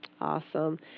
Awesome